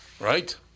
Right